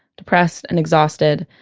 depressed and exhausted.